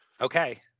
Okay